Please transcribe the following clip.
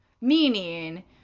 meaning